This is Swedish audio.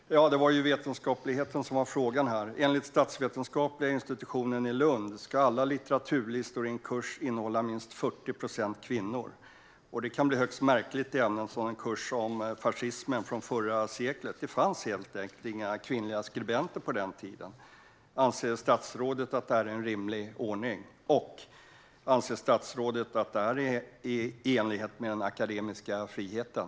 Fru talman! Det var ju vetenskapligheten som var frågan här. Enligt statsvetenskapliga institutionen i Lund ska alla litteraturlistor i en kurs innehålla minst 40 procent kvinnliga författare. Det kan bli högst märkligt i till exempel en kurs om fascismen under förra seklet. Det fanns helt enkelt inga kvinnliga fascistiska skribenter på den tiden. Anser statsrådet att det här är en rimlig ordning? Och anser statsrådet att det här är i enlighet med den akademiska friheten?